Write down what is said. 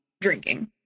drinking